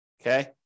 Okay